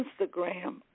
Instagram